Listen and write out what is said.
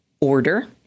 order